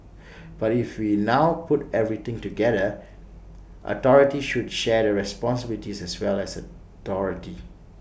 but if we now put everything together authority should share the responsibilities as well as authority